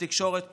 בתקשורת פוליטית,